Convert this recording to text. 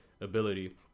ability